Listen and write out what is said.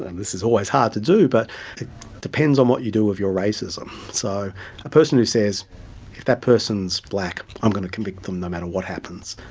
and this is always hard to do, but it depends on what you do with your racism. so a person who says, if that person's black i'm going to convict them no matter what happens,